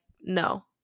no